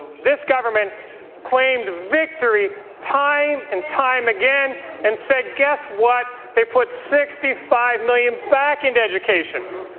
this government claimed victory time and time again and said guess what, they put sixty five million back into education.